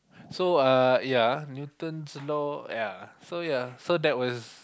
so uh ya Newton's Law ya so ya so that was